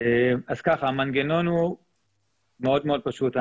המנגנון הוא מאוד פשוט.